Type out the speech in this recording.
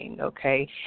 okay